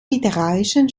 literarischen